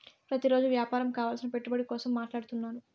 ప్రతిరోజు వ్యాపారం కావలసిన పెట్టుబడి కోసం మాట్లాడుతున్నాను